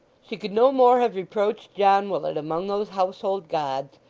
she could no more have reproached john willet among those household gods,